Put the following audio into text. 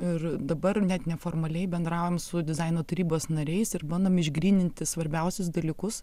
ir dabar net neformaliai bendraujam su dizaino tarybos nariais ir bandom išgryninti svarbiausius dalykus